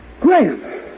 Graham